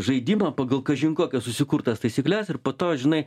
žaidimą pagal kažin kokias susikurtas taisykles ir po to žinai